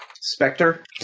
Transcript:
Spectre